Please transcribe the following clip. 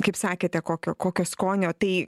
kaip sakėte kokio kokio skonio tai